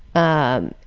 and,